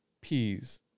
peas